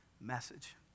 Message